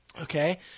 Okay